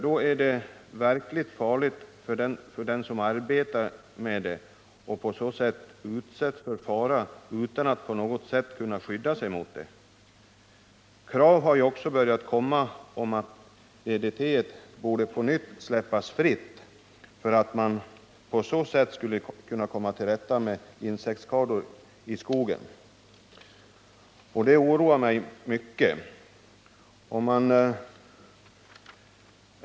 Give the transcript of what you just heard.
Då är det verkligen farligt för dem som arbetar med det och på så sätt utsätts för fara utan att kunna skydda sig mot den. Krav har också börjat komma om att DDT på nytt borde släppas fritt för att man på så sätt skulle komma till rätta med insektsskador i skogen. Det oroar mig också mycket.